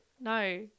No